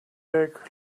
back